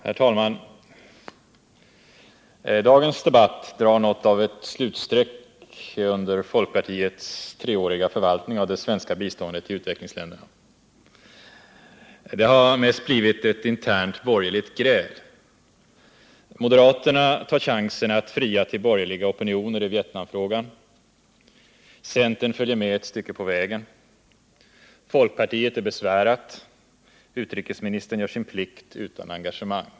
Herr talman! Dagens debatt drar något av ett slutstreck under folkpartiets treåriga förvaltning av det svenska biståndet till utvecklingsländerna. Det har mest blivit ett internt borgerligt gräl. Moderaterna tar chansen att fria till borgerliga opinioner i Vietnamfrågan. Centern följer med ett stycke på vägen. Folkpartiet är besvärat. Utrikesministern gör sin plikt utan engagemang.